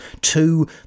Two